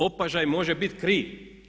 Opažaj može biti kriv.